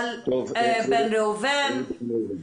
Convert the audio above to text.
בן ראובן, בבקשה.